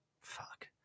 Fuck